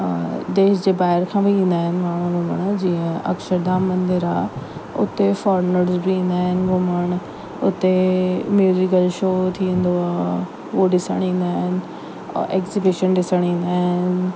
देश जे ॿाहिरां खां बि ईंदा आहिनि माण्हू घुमण जीअं अक्षरधाम मंदरु आहे हुते फॉरेनर्स बि ईंदा आहिनि घुमण हुते म्यूज़िकल शो थींदो आहे उहो ॾिसण ईंदा आहिनि एग्ज़ीबिशन ॾिसण ईंदा आहिनि